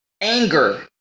anger